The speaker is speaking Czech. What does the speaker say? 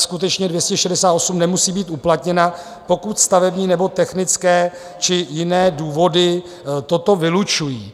Skutečně 268 nemusí být uplatněna, pokud stavební nebo technické či jiné důvody toto vylučují.